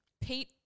Pete